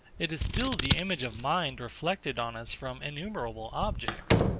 it is still the image of mind reflected on us from innumerable objects.